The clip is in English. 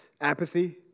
Apathy